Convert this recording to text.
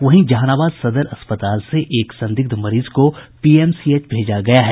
वहीं जहानाबाद सदर अस्पताल से एक संदिग्ध मरीज को पीएमसीएच भेजा गया है